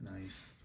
Nice